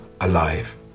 alive